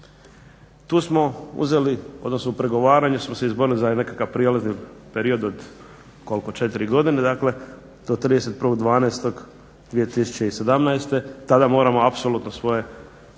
Tu smo uzeli, odnosno pregovaranjem smo se izborili za nekakav prijelazni period od 4 godine, dakle do 31.12.2017. Tada moramo apsolutno svoje trošarine